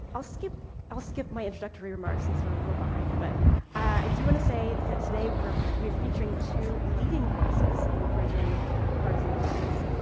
i'll skip, i'll skip my introductory remarks since we're a little behind but i do want to say that today we're, we're featuring two leading voices in bridging partisan divides.